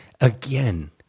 again